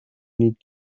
need